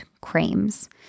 creams